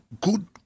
good